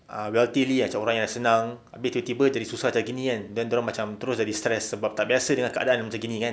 uh wealthily macam orang yang senang abeh tiba-tiba jadi susah macam gini kan then dorang macam terus jadi stress sebab tak biasa dengan keadaan macam gini kan